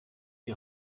die